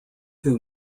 two